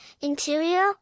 interior